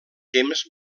temps